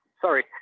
sorry